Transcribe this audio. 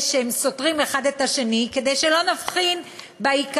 שהם סותרים אחד את השני כדי שלא נבחין בעיקר,